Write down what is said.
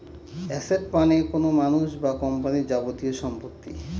asset মানে কোনো মানুষ বা কোম্পানির যাবতীয় সম্পত্তি